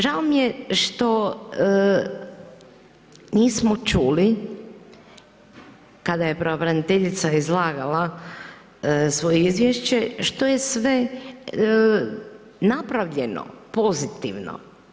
Žao mi je što nismo čuli kada je pravobraniteljica izlagala svoje izvješće što je sve napravljeno pozitivno.